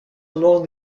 along